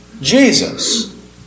Jesus